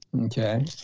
Okay